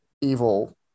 evil